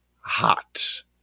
hot